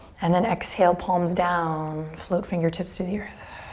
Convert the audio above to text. and then exhale, palms down. float fingertips to the earth.